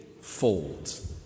folds